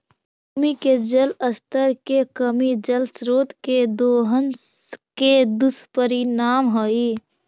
भूमि के जल स्तर के कमी जल स्रोत के दोहन के दुष्परिणाम हई